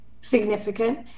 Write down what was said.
significant